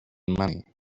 money